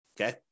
okay